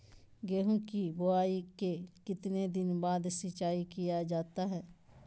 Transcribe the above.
गेंहू की बोआई के कितने दिन बाद सिंचाई किया जाता है?